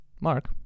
Mark